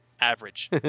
Average